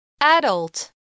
Adult